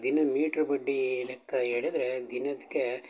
ದಿನ ಮೀಟ್ರ್ ಬಡ್ಡೀ ಲೆಕ್ಕ ಹೇಳಿದ್ರೆ ದಿನಕ್ಕೆ